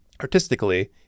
artistically